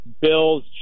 Bills